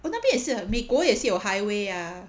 我那边也是很美国也是有 highway ah